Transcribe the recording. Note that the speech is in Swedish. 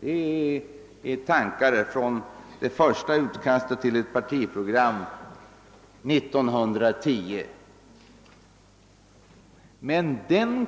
Det är tankar från det första utkastet till partiprogram 1910. Men den